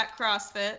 CrossFit